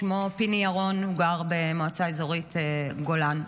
שמו פיני ירון, והוא גר במועצה אזורית גולן.